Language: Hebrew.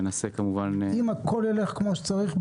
אם הכול ילך כמו שצריך,